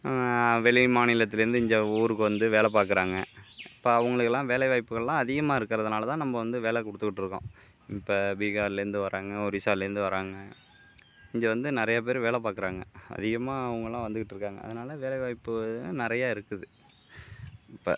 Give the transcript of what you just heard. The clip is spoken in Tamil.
வெளி மாநிலத்துலேருந்து இங்கே ஊருக்கு வந்து வேலை பார்க்குறாங்க இப்போ அவங்கயெல்லாம் வேலைவாய்ப்புகளெலாம் அதிகமாக இருக்கிறதுனாலதா நம்ம வந்து வேலை கொடுத்துக்கிட்ருக்கோம் இப்போ பீகார்லேருந்து வராங்க ஒடிசாலேருந்து வராங்க இங்கே வந்து நிறையா பேர் வேலை பார்க்குறாங்க அதிகமாக அவங்கலாம் வந்துகிட்டிருக்காங்க அதனால் வேலைவாய்ப்பெலாம் நிறையா இருக்குது இப்போ